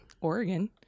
Oregon